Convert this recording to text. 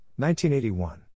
1981